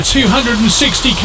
260